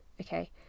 Okay